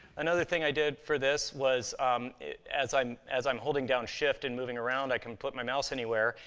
another thing i did for this was as i'm as i'm holding down shift and moving around, i can put my mouse anywhere,